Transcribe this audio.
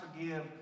forgive